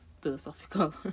philosophical